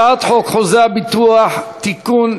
הצעת חוק חוזה הביטוח (תיקון,